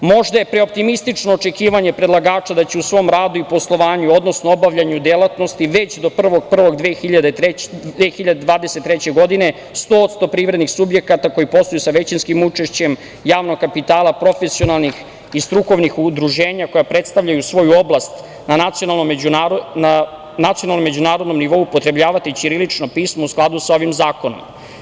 Možda je preoptimistično očekivanje predlagača da će u svom radu i poslovanju, odnosno obavljanju delatnosti, već do 1. januara 2023. godine 100% privrednih subjekata, koji posluju sa većinskim učešćem javnog kapitala, profesionalnih i strukovnih udruženja koja predstavljaju svoju oblast na nacionalnom međunarodnom nivou upotrebljavati ćirilično pismo u skladu sa ovim zakonom.